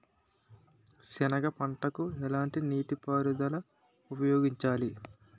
సెనగ పంటకు ఎలాంటి నీటిపారుదల ఉపయోగించాలి?